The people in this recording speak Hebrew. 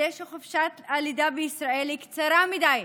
שחופשת הלידה בישראל היא קצרה מדי,